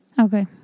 Okay